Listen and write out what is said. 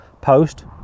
post